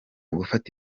gufata